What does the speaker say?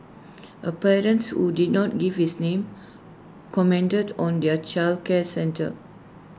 A parent who did not give his name commented on their childcare centre